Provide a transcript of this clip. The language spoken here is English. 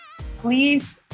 Please